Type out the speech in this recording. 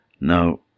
Now